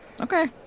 Okay